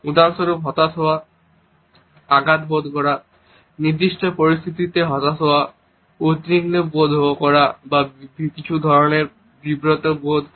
উদাহরণস্বরূপ হতাশ হওয়া আঘাত বোধ করা নির্দিষ্ট পরিস্থিতিতে হতাশ হওয়া উদ্বিগ্ন বোধ করা বা কিছু ধরণের বিব্রত বোধ করা